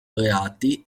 reati